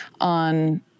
on